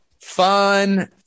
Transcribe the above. fun